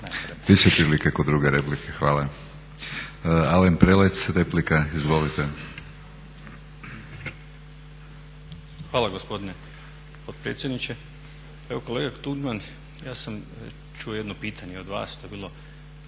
Biti će prilike kod druge replike. Hvala. Alen Prelec, replika, izvolite. **Prelec, Alen (SDP)** Hvala gospodine potpredsjedniče. Evo kolega Tuđman, ja sam čuo jedno pitanje od vas, to je bilo,